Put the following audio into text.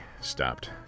stopped